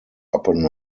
upon